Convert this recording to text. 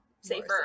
safer